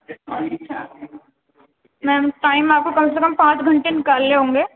میم time آپ کو کم سے کم پانچ گھنٹے نکالنے ہوں گے